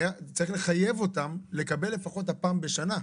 צריך לחייב אותן לקבל לפחות את הפעם בשנה.